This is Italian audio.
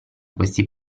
questi